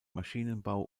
maschinenbau